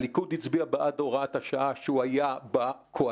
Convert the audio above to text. הליכוד הצביע בעד הוראת השעה כשהוא היה בקואליציה.